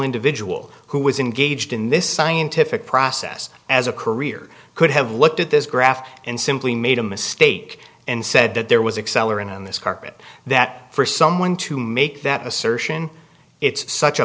individual who was engaged in this scientific process as a career could have looked at this graph and simply made a mistake and said that there was excel or in on this carpet that for someone to make that assertion it's such a